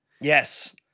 Yes